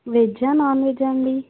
వెజ్జా నాన్వెజ్జా అండి